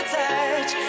touch